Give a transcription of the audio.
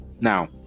Now